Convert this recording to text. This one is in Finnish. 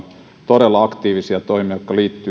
todella aktiivisia toimia jotka liittyvät